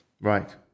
Right